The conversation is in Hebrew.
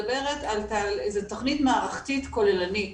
זו תכנית מערכתית כוללנית,